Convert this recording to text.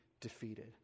defeated